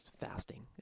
fasting